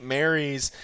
Mary's